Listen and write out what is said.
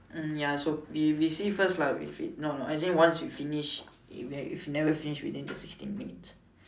hmm ya so we we see first lah we see no no as in once you finish if never finish within the sixteen minutes